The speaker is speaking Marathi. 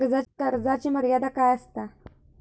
कर्जाची मर्यादा काय असता?